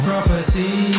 Prophecy